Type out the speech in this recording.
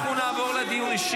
חברת הכנסת בן ארי,